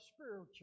spiritual